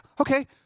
Okay